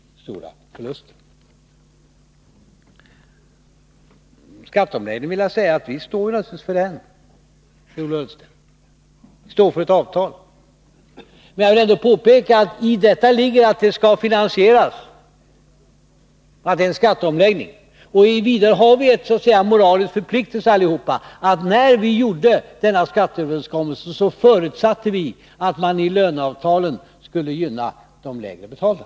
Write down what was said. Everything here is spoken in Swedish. Om skatteomläggningen vill jag säga att vi naturligtvis står för den. Vi står för ett avtal, Ola Ullsten. Jag vill ändå påpeka att i detta avtal ligger att det skall finansieras och att det gäller en skatteomläggning. Vidare har vi så att säga en moralisk förpliktelse allihop. När vi gjorde denna skatteöverenskommelse förutsatte vi att man i löneavtalen skulle gynna de lägre betalda.